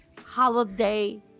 holiday